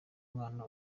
mwana